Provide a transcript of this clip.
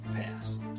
pass